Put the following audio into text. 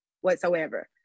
whatsoever